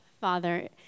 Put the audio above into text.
Father